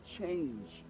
change